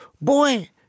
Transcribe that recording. boy